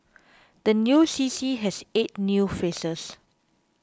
the new C C has eight new faces